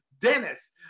dennis